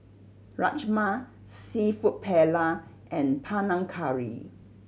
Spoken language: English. Rajma Seafood Paella and Panang Curry